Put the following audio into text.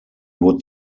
would